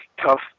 tough